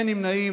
אין נמנעים.